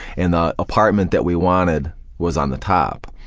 and the apartment that we wanted was on the top.